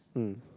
mm